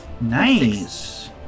Nice